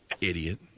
Idiot